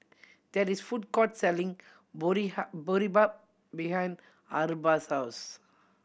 there is a food court selling Boribap behind Arba's house